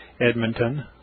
Edmonton